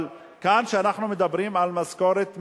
אבל כאן, כשאנחנו מדברים על משכורת מינימום,